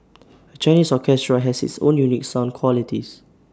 A Chinese orchestra has its own unique sound qualities